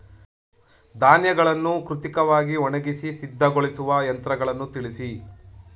ಧಾನ್ಯಗಳನ್ನು ಕೃತಕವಾಗಿ ಒಣಗಿಸಿ ಸಿದ್ದಗೊಳಿಸುವ ಯಂತ್ರಗಳನ್ನು ತಿಳಿಸಿ?